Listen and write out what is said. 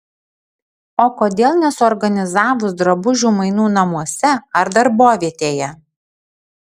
o kodėl nesuorganizavus drabužių mainų namuose ar darbovietėje